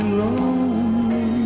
lonely